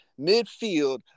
midfield